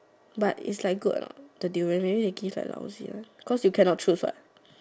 but is like good or not the durian maybe they give like lousy one because you cannot choose what